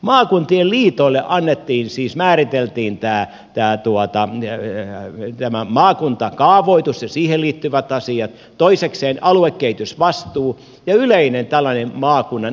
maakuntien liitoille määriteltiin tämä maakuntakaavoitus ja siihen liittyvät asiat toisekseen aluekehitysvastuu ja yleinen tällainen maakunnan intressin ja edunvalvonta